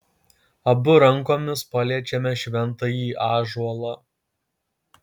abu rankomis paliečiame šventąjį ąžuolą